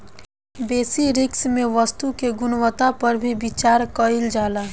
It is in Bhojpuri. बेसि रिस्क में वस्तु के गुणवत्ता पर भी विचार कईल जाला